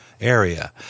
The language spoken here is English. Area